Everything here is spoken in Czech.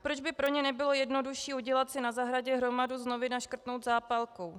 Proč by pro ně nebylo jednodušší udělat si a zahradě hromadu z novin a škrtnout zápalkou.